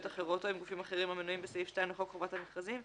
אחרות או עם גופים אחרים המנויים בסעיף 2 לחוק חובת מכרזים,